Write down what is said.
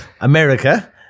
America